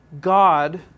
God